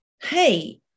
hey